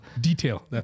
Detail